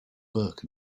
burke